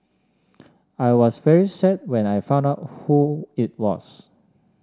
I was very sad when I found out who it was